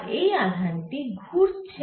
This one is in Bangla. আর এই আধান টি ঘুরছে